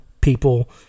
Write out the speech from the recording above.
people